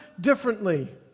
differently